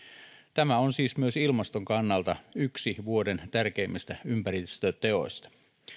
tämä on siis myös ilmaston kannalta yksi vuoden tärkeimmistä ympäristöteoista